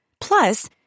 Plus